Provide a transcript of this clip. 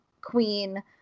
queen